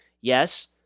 Yes